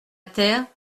terre